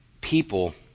people